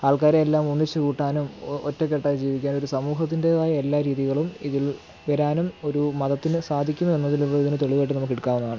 ആൾക്കാരെ എല്ലാം ഒന്നിച്ച് കൂട്ടാനും ഒ ഒറ്റക്കെട്ടായി ജീവിക്കാനും ഒരു സമൂഹത്തിൻറ്റേതായ എല്ലാ രീതികളും ഇതിൽ വരാനും ഒരു മതത്തിനു സാധിക്കുന്നു എന്നതിൽ ഉള്ളതിന് തെളിവായിട്ടു നമുക്കെടുക്കാവുന്നതാണ്